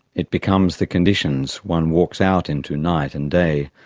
it becomes the conditions one walks out into night and day,